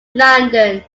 london